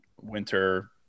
winter